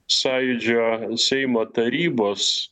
sąjūdžio seimo tarybos